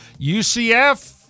UCF